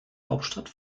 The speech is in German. hauptstadt